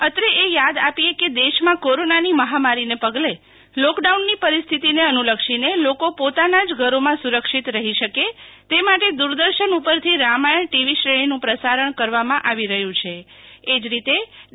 અત્રે એ થાદ આપીએ કે દેશમાં કોરોનાની મહામારીને પગલે લોકડાઉનની પરિસ્થિને અનુ લક્ષીને લોકો પોતાના જ ધરોમાં સુરક્ષિત રહી શકે તે માટે દુરદર્શન ઉપરથી રામાયણ ટીવી શ્રેણીનું પ્રસારણ કરવામાં આવી રહ્યુ છે એજ રીતે ડી